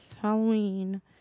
halloween